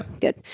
good